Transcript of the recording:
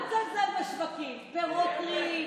אל תזלזל בשווקים, פירות טריים,